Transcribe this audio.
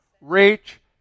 reach